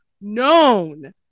known